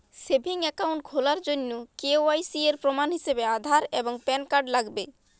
savings account খোলার জন্য KYC এর প্রমাণ হিসেবে আধার এবং প্যান কার্ড লাগবে